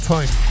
Time